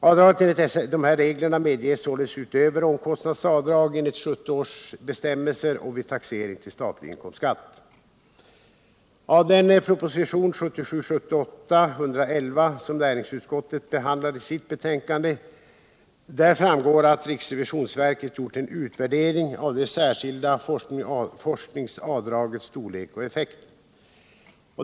Avdrag enligt dessa regler medges således utöver omkostnadsavdrag enligt 1970 års bestämmelser och vid taxering till statlig inkomstskatt. Av propositionen 1977/78:111, som näringsutskottet behandlar i sitt betänkande, framgår att riksrevisionsverket har gjort en utvärdering av det särskilda forskningsavdragets storlek och effekter.